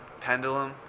pendulum